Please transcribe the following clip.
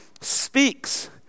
speaks